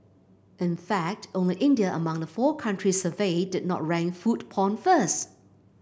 in fact only India among the four countries surveyed did not rank food porn first